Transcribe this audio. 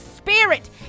spirit